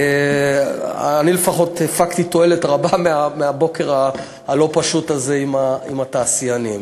אני לפחות הפקתי תועלת רבה מהבוקר הלא-פשוט הזה עם התעשיינים.